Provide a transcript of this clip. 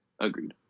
Agreed